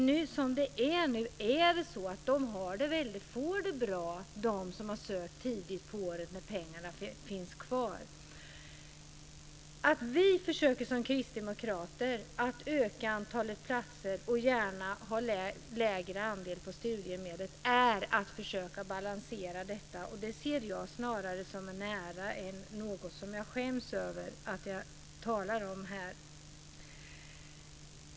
Nu är det så att de som har sökt tidigt på året, när pengarna finns kvar, får det väldigt bra. Anledningen till att vi kristdemokrater försöker öka antalet platser och gärna har en lägre andel på studiemedlet är att vi vill försöka balansera detta, och det ser jag snarare som en ära än något som jag skäms över att jag talar om här.